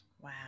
Wow